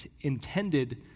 intended